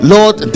Lord